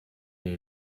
nei